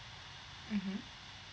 mmhmm